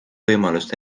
võimalust